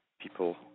people